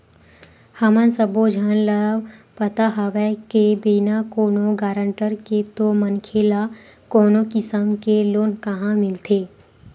हमन सब्बो झन ल पता हवय के बिना कोनो गारंटर के तो मनखे ल कोनो किसम के लोन काँहा मिलथे